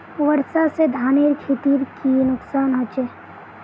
वर्षा से धानेर खेतीर की नुकसान होचे?